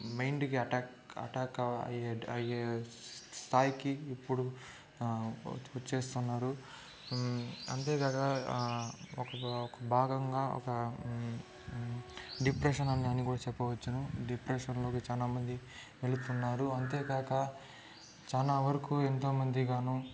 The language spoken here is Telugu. మైండ్కి అటాక్ అటాక్ అయ్యి అయ్యే స్థాయికి ఇప్పుడు వచ్చేస్తున్నారు అంతేకాక ఒక ఒక భాగంగా ఒక డిప్రెషన్ అని కూడా చెప్పవచ్చును డిప్రెషన్లోకి చాలామంది వెళుతున్నారు అంతేకాక చాలా వరకు ఎంతోమంది గాను